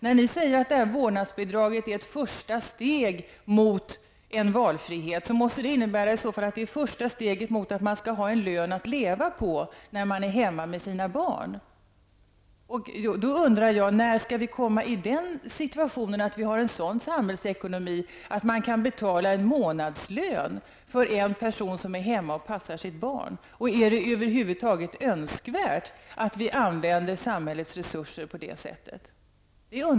När ni säger att ett vårdnadsbidrag är ett första steg mot en valfrihet, måste det i så fall innebära att det är första steget till en lön att leva på när man är hemma med sina barn. Då undrar jag: När skall vi komma i en sådan samhällsekonomisk situation att man kan betala en månadslön för en person som är hemma och passar sitt barn? Är det över huvud taget önskvärt att vi använder samhällets resurser på det sättet?